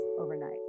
overnight